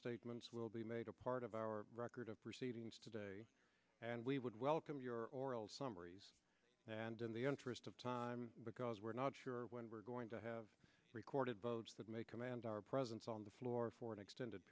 statements will be made a part of our record of proceedings today and we would welcome your oral summaries and the interest of time because we're not sure when we're going to have recorded votes that may command our presence on the floor for an extended